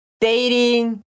Dating